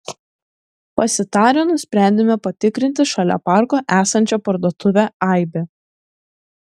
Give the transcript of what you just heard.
pasitarę nusprendėme patikrinti šalia parko esančią parduotuvę aibė